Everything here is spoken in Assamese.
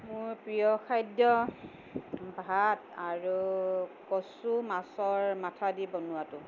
মোৰ প্ৰিয় খাদ্য ভাত আৰু কচু মাছৰ মাথা দি বনোৱাটো